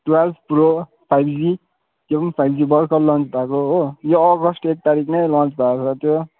twelve pro five G त्यो पनि five G भर्खर लन्च भएको हो हो यो अगस्ट एक तारिक नै लन्च भएको छ त्यो